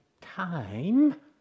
time